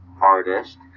artist